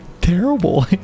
terrible